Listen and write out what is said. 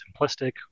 simplistic